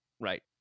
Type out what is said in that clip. Right